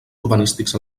urbanístics